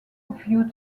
view